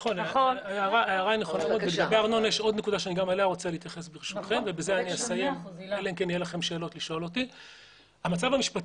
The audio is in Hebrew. אני מציע לכם להסמיך את המרכז